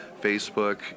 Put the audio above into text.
Facebook